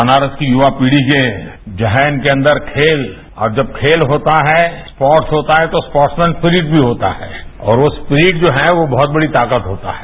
बनारस की युवा पीढ़ी के जहन के अंदर खेल और जब खेल होता है स्पोर्ट्स होता है तो स्पोर्ट्स में स्पिलीड भी होता है और स्पिलीड जो है वो बहुत बड़ी ताकत होता है